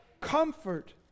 comfort